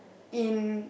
in